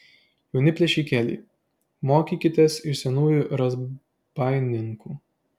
jauni plėšikėliai mokykitės iš senų razbaininkų